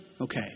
Okay